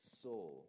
soul